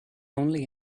only